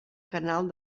canal